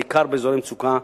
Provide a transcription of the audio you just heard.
בעיקר באזורי מצוקה,